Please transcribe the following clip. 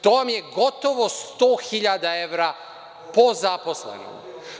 To vam je gotovo 100.000 evra po zaposlenom.